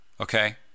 okay